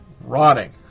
rotting